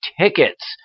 tickets